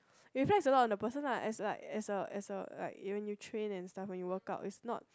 reflect on a lot of person lah as like as a as a like even you train and stuff you workout is not